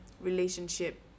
relationship